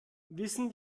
wissen